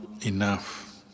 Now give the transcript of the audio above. enough